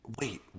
wait